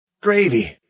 Gravy